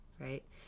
right